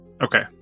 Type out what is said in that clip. Okay